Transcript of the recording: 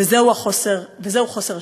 וזהו חוסר השקט,